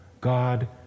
God